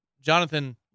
Jonathan